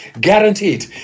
guaranteed